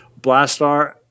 Blastar